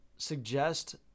suggest